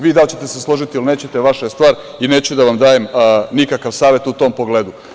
Vi da li će te se složiti ili nećete vaša je stvar i neću da vam dajem nikakav savet u tom pogledu.